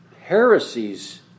heresies